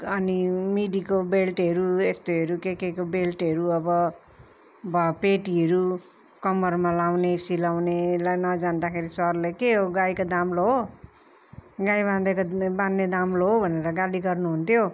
अनि मिडीको बेल्टहरू यस्तोहरू के केको बेल्टहरू अब ब पेटीहरू कम्मरमा लाउने सिलाउनेलाई नजान्दाखेरि सरले के हो गाईको दाम्लो हो गाई बाँधेको बान्ने दाम्लो हो भनेर गाली गर्नु हुन्थ्यो